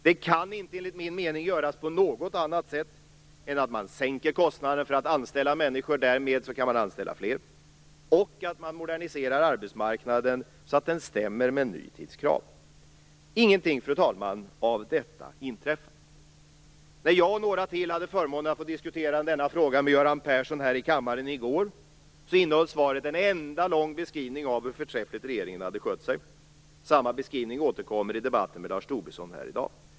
Det kan enligt min mening inte göras på något annat sätt än att man sänker kostnaden för att anställa människor och därmed kan anställa fler, och att man moderniserar arbetsmarknaden så att den stämmer med nutidskrav. Ingenting av detta, fru talman, har inträffat. När jag och några till hade förmånen att diskutera denna fråga här i kammaren i går med Göran Persson innehöll svaret en enda lång beskrivning av hur förträffligt regeringen hade skött sig. Samma beskrivning återkommer i debatten med Lars Tobisson här i dag.